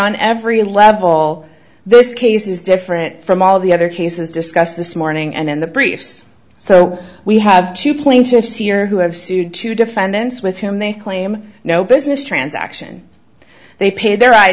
on every level this case is different from all the other cases discussed this morning and in the briefs so we have to plaintiffs here who have sued to defendants with him they claim no business transaction they pay their eye